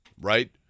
right